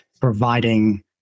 providing